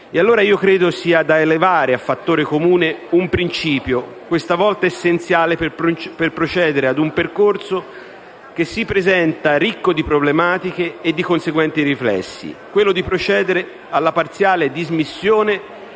quindi che sia da elevare a fattore comune un principio questa volta essenziale per procedere ad un percorso che si presenta ricco di problematiche e di conseguenti riflessi: quello di procedere alla parziale dismissione